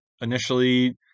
initially